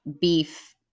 beef